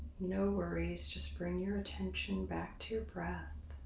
no worries. just bring your attention back to your breath